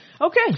Okay